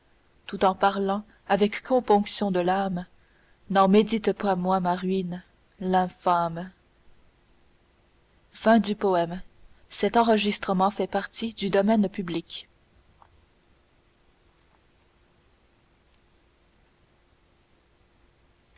tout en parlant avec componction de l'âme n'en médite pas moins ma ruine l'infâme